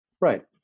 Right